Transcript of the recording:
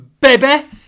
baby